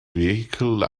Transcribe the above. vehikel